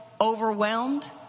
overwhelmed